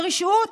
זה רשעות.